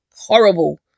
horrible